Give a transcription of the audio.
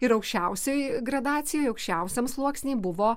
ir aukščiausioj gradacijoj aukščiausiam sluoksny buvo